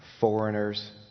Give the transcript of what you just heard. foreigners